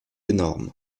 énorme